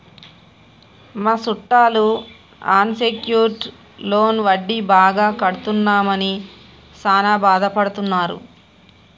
మా సుట్టాలు unsecured loan వడ్డీ బాగా కడుతున్నామని సాన బాదపడుతున్నారు